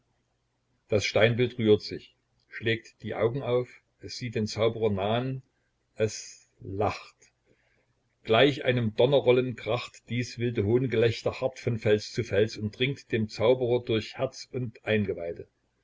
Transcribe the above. das steinbild rührt sich schlägt die augen auf es sieht den zauberer nahen es lacht gleich einem donnerrollen kracht dies wilde hohngelächter hart von fels zu fels und dringt dem zauberer durch herz und eingeweide